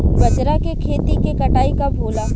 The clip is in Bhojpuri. बजरा के खेती के कटाई कब होला?